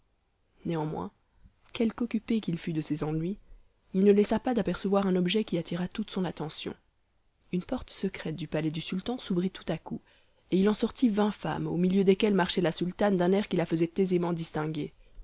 néanmoins quelque occupé qu'il fût de ses ennuis il ne laissa pas d'apercevoir un objet qui attira toute son attention une porte secrète du palais du sultan s'ouvrit tout à coup et il en sortit vingt femmes au milieu desquelles marchait la sultane d'un air qui la faisait aisément distinguer